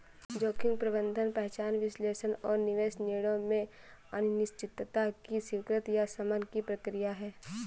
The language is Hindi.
जोखिम प्रबंधन पहचान विश्लेषण और निवेश निर्णयों में अनिश्चितता की स्वीकृति या शमन की प्रक्रिया है